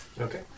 Okay